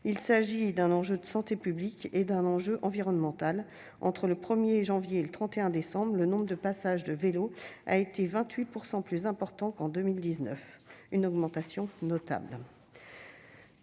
Il s'agit d'un enjeu de santé publique et d'un enjeu environnemental. Entre le 1 janvier et le 31 décembre 2021, le nombre de passages de vélos a été de 28 % plus important qu'en 2019. C'est une augmentation notable.